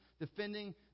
Defending